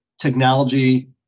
technology